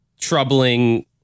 troubling